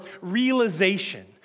realization